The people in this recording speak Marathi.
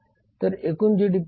तर एकूण जीडीपी 8